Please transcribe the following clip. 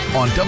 on